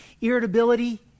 irritability